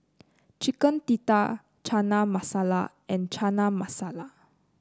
Chicken Tikka Chana Masala and Chana Masala